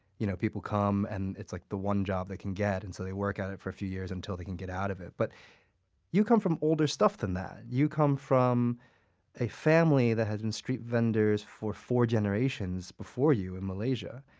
you know people come and it's like the one job they can get, and so they work at it for a few years until they can get out of it but you come from older stuff than that. you come from a family that has been street vendors for four generations before you in malaysia.